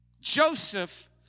Joseph